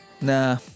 Nah